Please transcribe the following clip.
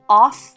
off